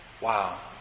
Wow